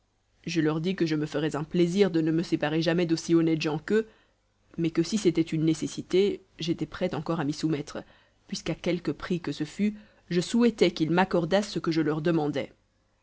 je leur dis que je me ferais un plaisir de ne me séparer jamais d'aussi honnêtes gens qu'eux mais que si c'était une nécessité j'étais prêt encore à m'y soumettre puisqu'à quelque prix que ce fût je souhaitais qu'ils m'accordassent ce que je leur demandais